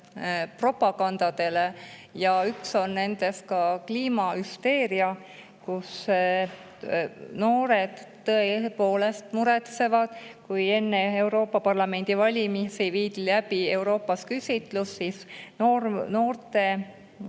propagandale ja üks nendest on kliimahüsteeria. Noored tõepoolest muretsevad. Enne Euroopa Parlamendi valimisi viidi läbi Euroopas küsitlus. Noorte